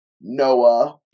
Noah